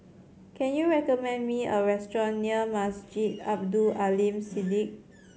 can you recommend me a restaurant near Masjid Abdul Aleem Siddique